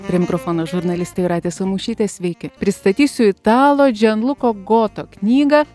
prie mikrofono žurnalistė jūratė samušytė sveiki pristatysiu italo džianluko goto knygą